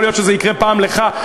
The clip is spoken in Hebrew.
יכול להיות שזה יקרה פעם לך,